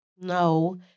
No